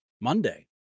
Monday